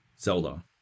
Zelda